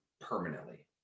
permanently